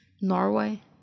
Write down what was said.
Norway